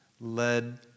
led